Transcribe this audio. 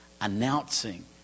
announcing